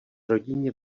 rodině